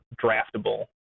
draftable